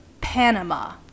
Panama